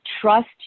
trust